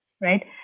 right